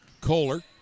Kohler